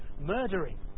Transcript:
murdering